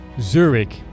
Zurich